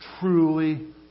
truly